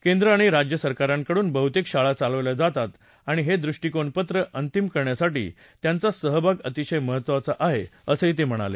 केंद्र आणि राज्यसरकारांकडून बह्तेक शाळा चालवल्या जातात आणि हे दृष्टीकोनपत्र अंतिम करण्यासाठी त्यांचा सहभाग अतिशय महत्वाचा आहे असं ते म्हणाले